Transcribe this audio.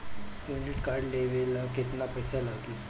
Credit card लेवे ला केतना पइसा लागी?